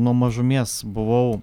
nuo mažumės buvau